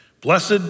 blessed